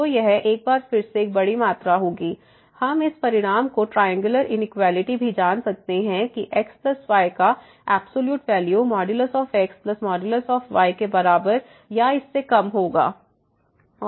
तो यह एक बार फिर से एक बड़ी मात्रा होगी हम इस परिणाम को ट्रायंगुलर इनिक्वालिटी भी जान सकते हैं कि xy का एब्सॉल्यूट वैल्यू xy के बराबर या इससे कम होगा